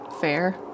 Fair